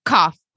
Cough